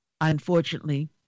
Unfortunately